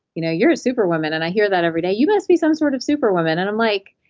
you know you're a super woman, and i hear that everyday, you must be some sort of super woman. and i'm like,